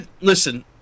Listen